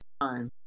Time